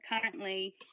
currently